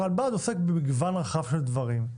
הרלב"ד עוסק במגוון רחב של דברים,